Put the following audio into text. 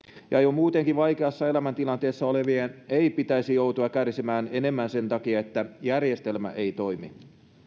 ja jo muutenkin vaikeassa elämäntilanteessa olevien ei pitäisi joutua kärsimään enemmän sen takia että järjestelmä ei toimi